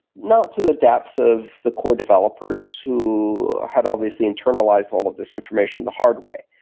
not to the depth of the core developers who had obviously internalized all of this information the hard way,